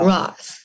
Ross